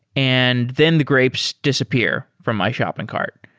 and then the grapes disappear from my shopping cart.